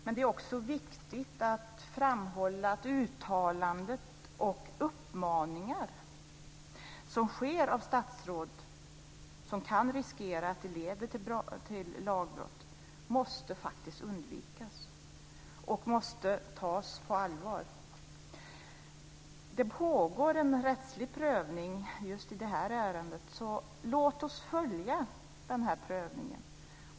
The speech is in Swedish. Men det är också viktigt att framhålla att uttalanden och uppmaningar från statsråd som kan riskera att leda till lagbrott faktiskt måste undvikas. De måste tas på allvar. Det pågår en rättslig prövning just i detta ärende, så låt oss följa den.